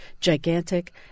gigantic